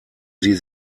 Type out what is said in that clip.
sie